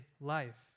life